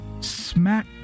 smack